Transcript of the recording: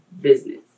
business